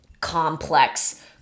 complex